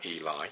Eli